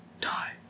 die